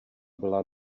byla